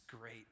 great